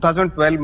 2012